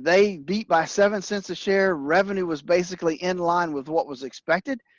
they beat by seven cents a share, revenue was basically in line with what was expected.